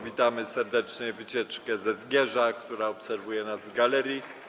Witamy serdecznie wycieczkę ze Zgierza, która obserwuje nas z galerii.